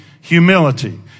humility